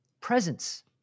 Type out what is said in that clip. Presence